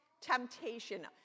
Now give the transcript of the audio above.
Temptation